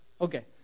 Okay